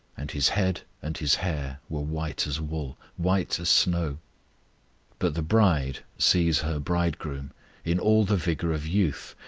and his head and his hair were white as wool, white as snow but the bride sees her bridegroom in all the vigour of youth,